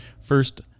first